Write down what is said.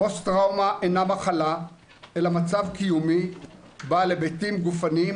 פוסט טראומה אינה מחלה אלא מצב קיומי בעל היבטים גופניים,